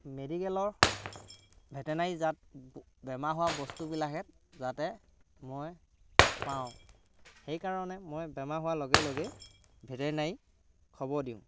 মেডিকেলৰ ভেটেনেৰিজাত বেমাৰ হোৱা বস্তুবিলাকহেঁত যাতে মই পাওঁ সেইকাৰণে মই বেমাৰ হোৱাৰ লগে লগেই ভেটেনেৰিত খব দিওঁ